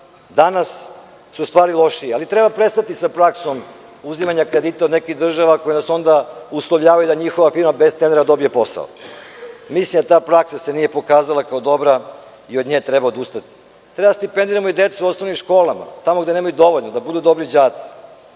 Danas su stvari lošije, ali treba prestati sa praksom uzimanja kredita od nekih država koje nas onda uslovljavaju da onda njihova firma bez tendera dobije posao. Mislim da se ta praksa nije pokazala kao dobra i od nje treba odustati. Treba da stipendiramo i decu u osnovnim školama, tamo gde nemaju dovoljno, da budu dobri đaci. Mere